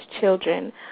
children